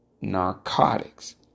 narcotics